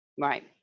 Right